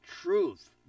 Truth